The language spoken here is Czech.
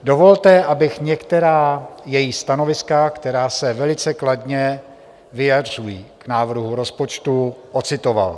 Dovolte, abych některá její stanoviska, která se velice kladně vyjadřují k návrhu rozpočtu, ocitoval.